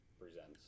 presents